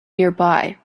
nearby